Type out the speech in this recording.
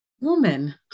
woman